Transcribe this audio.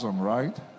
right